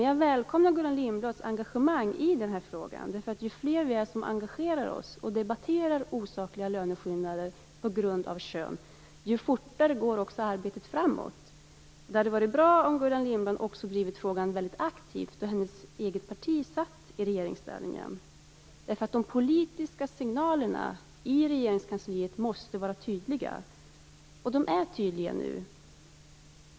Jag välkomnar Gullan Lindblads engagemang i den här frågan. Ju fler vi är som engagerar oss och debatterar osakliga löneskillnader på grund av kön, desto fortare går också arbetet framåt. Det hade varit bra om Gullan Lindblad också hade drivit frågan mycket aktivt när hennes eget parti satt i regeringsställning. De politiska signalerna i Regeringskansliet måste vara tydliga. Nu är de tydliga.